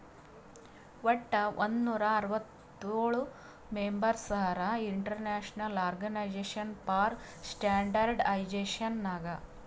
ವಟ್ ಒಂದ್ ನೂರಾ ಅರ್ವತ್ತೋಳ್ ಮೆಂಬರ್ಸ್ ಹರಾ international organization for standardization Nag